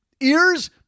Ears